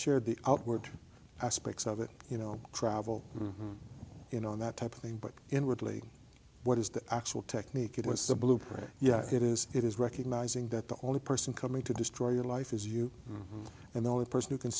shared the outward aspects of it you know travel you know that type of thing but inwardly what is the actual technique it was the blueprint yeah it is it is recognizing that the only person coming to destroy your life is you and the only person who can